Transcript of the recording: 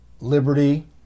liberty